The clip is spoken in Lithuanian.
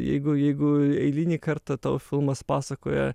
jeigu jeigu eilinį kartą tau filmas pasakoja